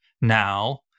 now